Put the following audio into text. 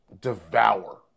devour